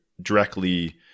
directly